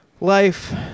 life